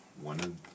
one